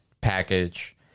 package